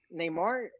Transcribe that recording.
Neymar